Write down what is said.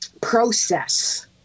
process